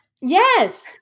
Yes